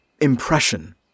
impression